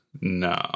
No